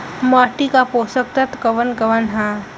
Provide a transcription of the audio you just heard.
माटी क पोषक तत्व कवन कवन ह?